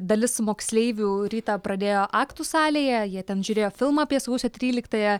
dalis moksleivių rytą pradėjo aktų salėje jie ten žiūrėjo filmą apie sausio tryliktąją